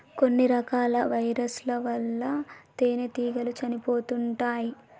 కొన్ని రకాల వైరస్ ల వల్ల తేనెటీగలు చనిపోతుంటాయ్